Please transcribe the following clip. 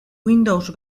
windows